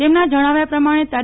તેમના જણાવ્યા પ્રમાણે તા